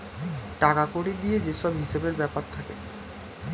টাকা কড়ি দিয়ে যে সব হিসেবের ব্যাপার থাকে